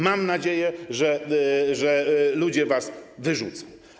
Mam nadzieje, że ludzie was wyrzucą.